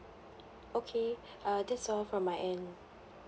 okay uh that's all from my end